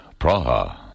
Praha